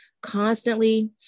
constantly